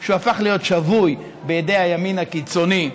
הוא הפך להיות שבוי בידי הימין הקיצוני.